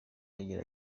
agira